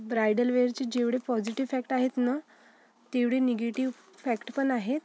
bridal वेअरचे जेवढे positive factor आहेत ना तेवढे निगेटिव्ह फॅक्टपण आहेत